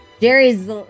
Jerry's